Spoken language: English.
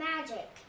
magic